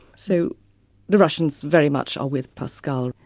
so the russians very much are with pascal,